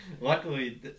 luckily